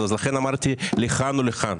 לכן אמרתי לכאן או לכאן.